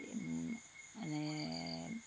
মানে